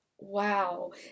Wow